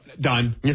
done